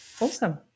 awesome